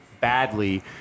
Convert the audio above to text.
badly